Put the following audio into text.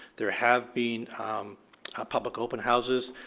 there have been public open houses,